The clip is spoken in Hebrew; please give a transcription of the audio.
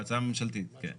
בהצעה הממשלתית, כן.